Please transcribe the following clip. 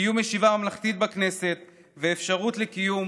קיום ישיבה ממלכתית בכנסת ואפשרות לקיום